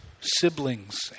siblings